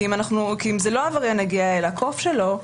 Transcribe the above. כי אם לא העבריין יגיע אלא הקוף שלו,